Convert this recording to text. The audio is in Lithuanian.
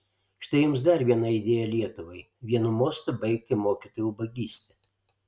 štai jums dar viena idėja lietuvai vienu mostu baigti mokytojų ubagystę